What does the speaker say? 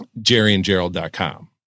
jerryandgerald.com